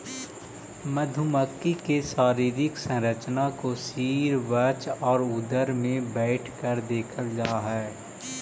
मधुमक्खी के शारीरिक संरचना को सिर वक्ष और उदर में बैठकर देखल जा हई